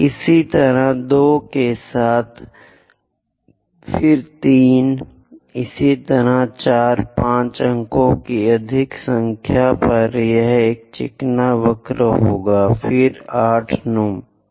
इसी तरह 2 के साथ 2 फिर 3 इसी तरह 4 5 अंकों की अधिक संख्या यह एक चिकनी वक्र होगी फिर 8 और 9